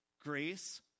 grace